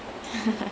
ya